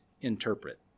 interpret